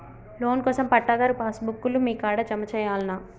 Loan కోసం పట్టాదారు passbook లు మీ కాడా జమ చేయల్నా?